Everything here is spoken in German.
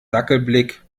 dackelblick